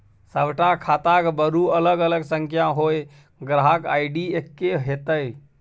सभटा खाताक बरू अलग अलग संख्या होए ग्राहक आई.डी एक्के हेतै